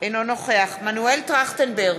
אינו נוכח מנואל טרכטנברג,